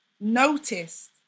noticed